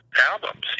albums